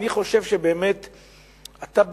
אני חושב שבאמת אתה,